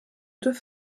deux